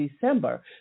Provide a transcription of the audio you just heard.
December